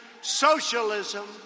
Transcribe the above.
socialism